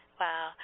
Wow